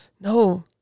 no